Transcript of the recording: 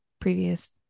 previous